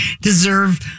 deserve